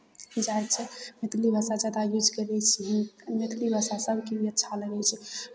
जाइ छै मैथली भाषा जादा यूज करै छियै मैथिली भाषा सभके लिए अच्छा लगै छै